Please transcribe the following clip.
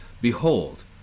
Behold